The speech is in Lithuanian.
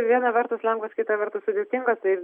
viena vertus lengvas kita vertus sudėtingas tai